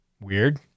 weird